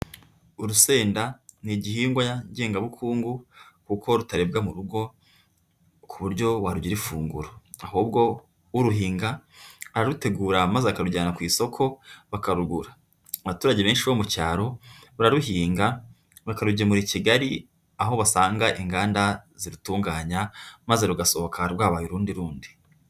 Urusenda ni igihingwa ngengabukungu kuko rutaribwa mu rugo ku buryo warugira ifunguro, ahubwo uruhinga ararutegura maze akarujyana ku isoko bakarugura, abaturage benshi bo mu cyaro bararuhinga bakarugemura i Kigali aho basanga inganda zirutunganya maze rugasohoka rwabaye urundi rundi.